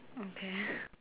okay